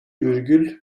virgül